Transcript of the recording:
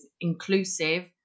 inclusive